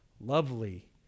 lovely